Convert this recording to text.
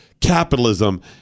capitalism